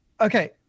okay